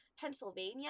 Pennsylvania